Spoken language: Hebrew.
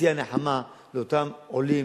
זו תהיה הנחמה לאותם עולים,